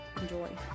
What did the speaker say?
Enjoy